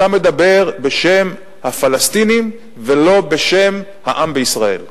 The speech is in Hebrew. אתה מדבר בשם הפלסטינים, ולא בשם העם בישראל.